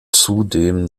zudem